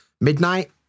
midnight